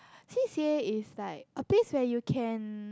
C_C_A is like a place where you can